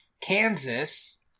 Kansas